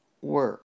work